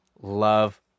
love